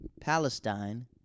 Palestine